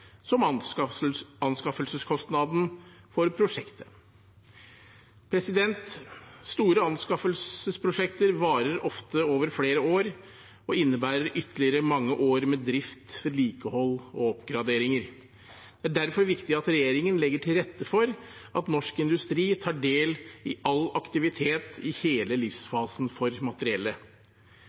som anskaffelseskostnaden for prosjektet. Store anskaffelsesprosjekter varer ofte over flere år og innebærer ytterligere mange år med drift, vedlikehold og oppgraderinger. Det er derfor viktig at regjeringen legger til rette for at norsk industri tar del i all aktivitet i hele livsfasen for materiellet.